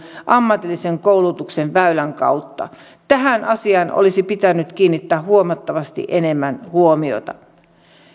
ammatillisen koulutuksen väylän kautta tähän asiaan olisi pitänyt kiinnittää huomattavasti enemmän huomiota